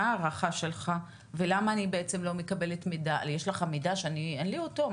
מה ההערכה שלך, יש לך מידע שלי אין אותו?